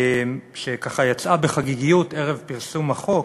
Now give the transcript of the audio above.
שככה יצאה בחגיגיות ערב פרסום החוק: